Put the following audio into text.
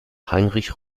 heinrich